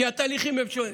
כי התהליכים הם שונים.